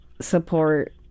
support